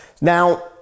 Now